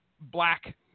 black